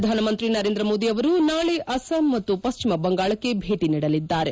ಪ್ರಧಾನಮಂತ್ರಿ ನರೇಂದ್ರ ಮೋದಿ ಅವರು ನಾಳೆ ಅಸ್ವಾಂ ಮತ್ತು ಪಶ್ಚಿಮ ಬಂಗಾಳಕ್ಕೆ ಭೇಟಿ ನೀಡಲಿದ್ದಾರೆ